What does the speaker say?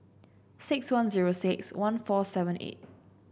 six one zero six one four seven eight